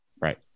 right